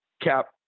Cap